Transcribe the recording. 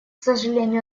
сожалению